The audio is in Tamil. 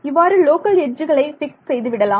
இவ்வாறு லோக்கல் எட்ஜுகளை பிக்ஸ் செய்துவிடலாம்